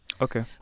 Okay